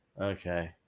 Okay